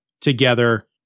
together